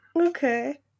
Okay